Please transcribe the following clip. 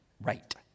Right